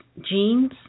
jeans